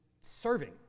serving